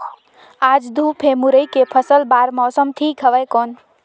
आज धूप हे मुरई के फसल बार मौसम ठीक हवय कौन?